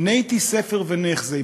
"ניתי ספר ונחזי".